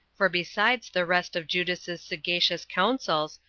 for besides the rest of judas's sagacious counsels,